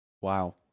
Wow